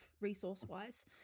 resource-wise